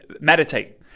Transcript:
meditate